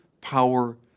power